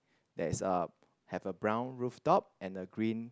there is uh have a brown rooftop and a green